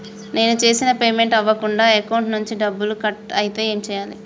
నేను చేసిన పేమెంట్ అవ్వకుండా అకౌంట్ నుంచి డబ్బులు కట్ అయితే ఏం చేయాలి?